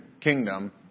kingdom